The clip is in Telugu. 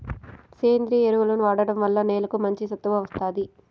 సేంద్రీయ ఎరువులను వాడటం వల్ల నేలకు మంచి సత్తువ వస్తాది